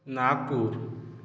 Nagpur